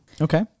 Okay